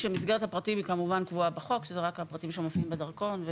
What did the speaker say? כשמסגרת הפרטים כמובן קבועה בחוק וזה רק הפרטים שמופיעים בדרכון,